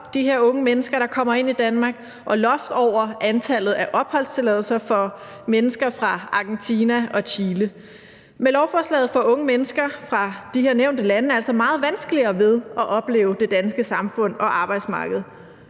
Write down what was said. her unge mennesker, der kommer ind i Danmark, og et loft over antallet af opholdstilladelser for mennesker fra Argentina og Chile. Med lovforslaget får unge mennesker fra de her nævnte lande altså meget vanskeligere ved at opleve det danske samfund og arbejdsmarked.